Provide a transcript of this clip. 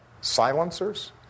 silencers